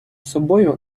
собою